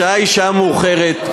השעה היא שעה מאוחרת.